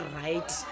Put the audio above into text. right